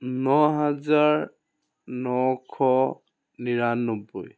ন হাজাৰ নশ নিৰান্নব্বৈ